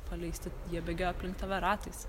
paleisti jie bėgioja aplink tave ratais